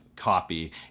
copy